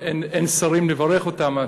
אין שרים לברך אותם,